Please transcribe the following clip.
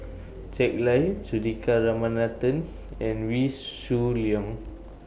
Jack Lai Juthika Ramanathan and Wee Shoo Leong